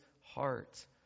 heart